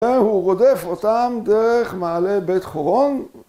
‫והוא רודף אותם דרך מעלה בית חורון.